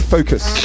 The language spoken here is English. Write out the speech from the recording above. Focus